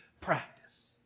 practice